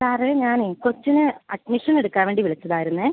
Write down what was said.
സാറേ ഞാനേ കൊച്ചിന് അഡ്മിഷൻ എടുക്കാൻ വേണ്ടി വിളിച്ചതായിരുന്നേ